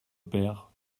père